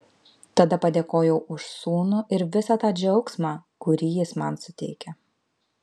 tada padėkojau už sūnų ir visą tą džiaugsmą kurį jis man suteikia